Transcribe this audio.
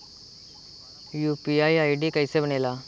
UPI ID कैसे बनेला?